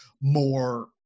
more